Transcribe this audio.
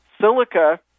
silica